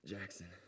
Jackson